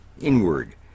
inward